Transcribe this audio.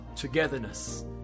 Togetherness